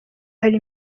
hari